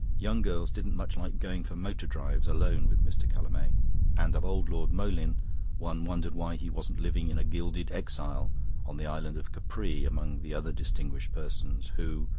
young girls didn't much like going for motor drives alone with mr. callamay and of old lord moleyn one wondered why he wasn't living in gilded exile on the island of capri among the other distinguished persons who,